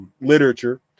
literature